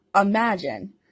imagine